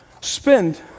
spend